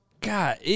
God